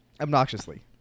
obnoxiously